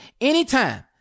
Anytime